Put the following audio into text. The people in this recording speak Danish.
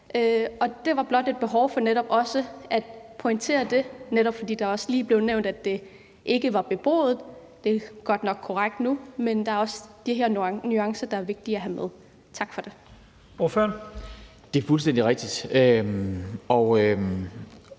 Det var blot et behov for netop også at pointere det, fordi det også lige blev nævnt, at det ikke var beboet. Det er godt nok korrekt nu, men der er også de her nuancer, det er vigtigt at have med. Tak for det.